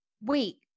wait